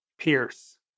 Pierce